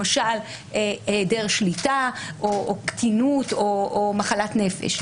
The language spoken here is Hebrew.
למשל היעדר שליטה או קטינות או מחלת נפש.